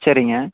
சரிங்க